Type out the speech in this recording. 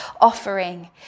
offering